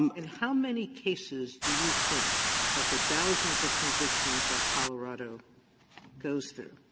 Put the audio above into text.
um in how many cases do you think of the thousands of convictions that colorado goes through